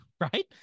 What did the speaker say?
right